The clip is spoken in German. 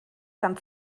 kann